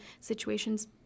situations